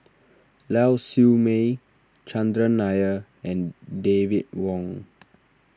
Lau Siew Mei Chandran Nair and David Wong